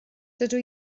dydw